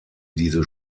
diese